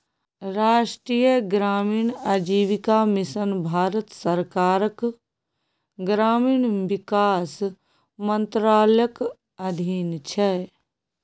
राष्ट्रीय ग्रामीण आजीविका मिशन भारत सरकारक ग्रामीण विकास मंत्रालयक अधीन छै